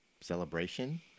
celebration